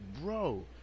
bro